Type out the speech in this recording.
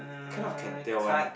kind of can tell one eh